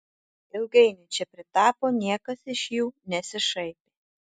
ilgainiui čia pritapo niekas iš jų nesišaipė